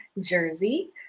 jersey